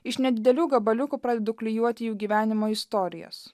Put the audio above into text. iš nedidelių gabaliukų pradedu klijuoti jų gyvenimo istorijas